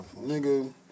nigga